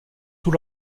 tous